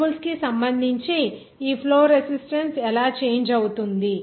variables కు సంబంధించి ఈ ఫ్లో రెసిస్టన్స్ ఎలా చేంజ్ అవుతుంది